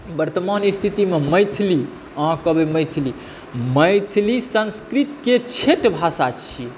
वर्तमान स्थितिमे मैथिली अहाँ कहबै मैथिली मैथिली संस्कृतके ठेठ भाषा छियै